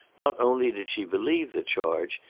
not only did she believe the charge,